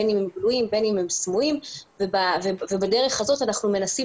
בין אם הם גלויים ובין אם הם סמויים ובדרך הזאת אנחנו מנסים